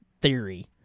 theory